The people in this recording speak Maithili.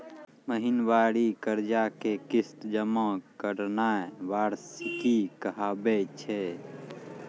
महिनबारी कर्जा के किस्त जमा करनाय वार्षिकी कहाबै छै